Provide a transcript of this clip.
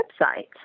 website